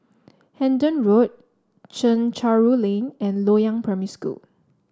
Hendon Road Chencharu Lane and Loyang Primary School